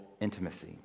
intimacy